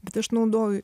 bet aš naudoju